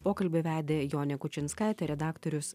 pokalbį vedė jonė kučinskaitė redaktorius